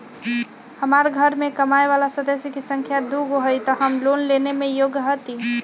हमार घर मैं कमाए वाला सदस्य की संख्या दुगो हाई त हम लोन लेने में योग्य हती?